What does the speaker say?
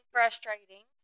frustrating